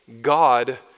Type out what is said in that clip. God